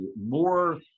more